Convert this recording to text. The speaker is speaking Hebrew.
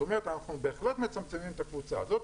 זאת אומרת אנחנו בהחלט מצמצמים את הקבוצה הזאת,